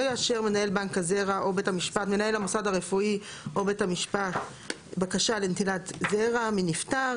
"לא יאשר מנהל המוסד הרפואי או בית המשפט בקשה לנטילת זרע מנפטר